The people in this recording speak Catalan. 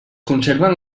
conserven